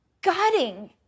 gutting